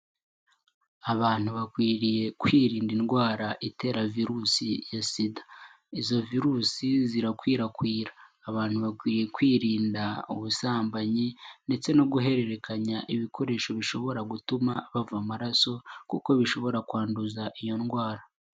Abantu bakwiriye kwirinda indwara itera Virusi ya SIDA. Izo Virusi zirakwirakwira. Abantu bakwiye kwirinda ubusambanyi ndetse no guhererekanya ibikoresho bishobora gutuma bava amaraso kuko bishobora kwanduza iyo ndwara.